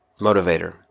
motivator